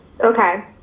Okay